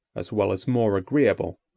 as well as more agreeable,